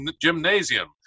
gymnasium